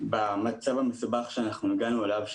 מציעים פתרון למצב המסובך שהגענו אליו.